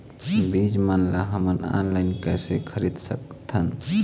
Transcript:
बीज मन ला हमन ऑनलाइन कइसे खरीद सकथन?